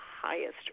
highest